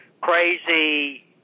crazy